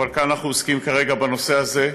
אבל כאן אנחנו עוסקים כרגע בנושא הזה.